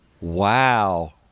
Wow